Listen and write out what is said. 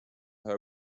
her